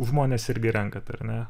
žmones irgi renkat ar ne